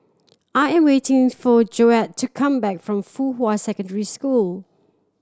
I am waiting for Joette to come back from Fuhua Secondary School